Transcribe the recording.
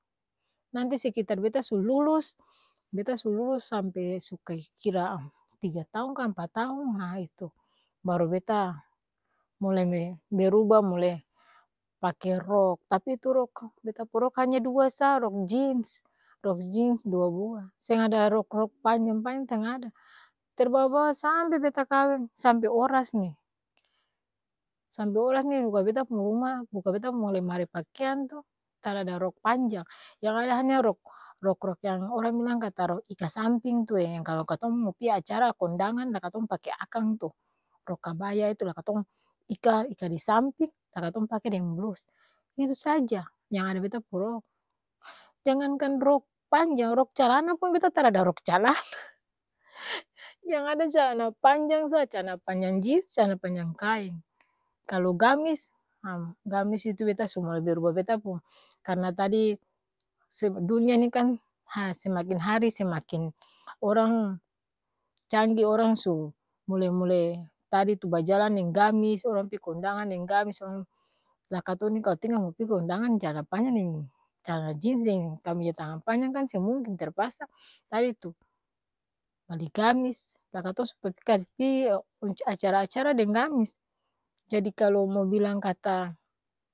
Nanti sekitar beta su lulus, beta su lulus sampe su kae kira tiga taong ka ampa taong ha itu, baru beta, mulai me berubah mulai pake rok, tapi itu rok beta pung rok hanya dua sa rok jins, rok jins dua bua, seng ada rok-rok panjang-panjang seng ada, terbawa-bawa saampe beta kaweng, sampe oras ni, sampe oras ni buka beta pung ruma, buka beta pung lemari pakeang tu, tarada rok panjang, yang ada hanya rok rok-rok yang orang bilang kata ika samping tu ee yang kalo katong mo pi acara kondangan la katong pake akang tu, rok kabaya itu la katong ika, ika di samping, la katong pake deng blus, itu saja, yang ada beta pung rok, jangankan rok panjang, rok calana pun beta tarada rok calana yang ada calana panjang sa, calana panjang jins, calana panjang kaeng, kalo gamis, ha gamis itu beta su mulai beruba beta pung, karna tadi, seb dunia ni kan ha semakin hari semakin orang, canggi orang su, mule-mule, tadi tu bajalang deng gamis, orang pi kondangan deng gamis, orang la katong ni kalo tinggal mo pi kondangan calana panjang deng calana jins deng, kameja tangang panjang kan seng mungkin, terpaksa tadi tu, bali gamis la katong su pake kas acara-acara deng gamis, jadi kalo mo bilang kata.